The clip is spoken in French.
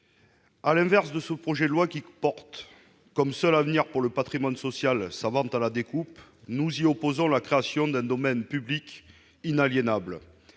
À l'inverse de ce projet de loi, qui porte comme seul avenir pour le patrimoine social sa vente à la découpe, nous militons pour la création d'un domaine public inaliénable.